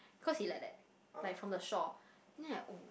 cause he like that like from the shore then I like oh